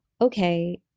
okay